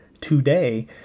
today